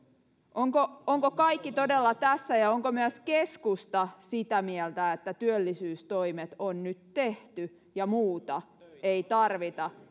onko kaikki todella tässä ja onko myös keskusta sitä mieltä että työllisyystoimet on nyt tehty eikä muuta tarvita